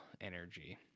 energy